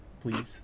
Please